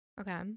Okay